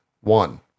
one